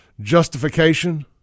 justification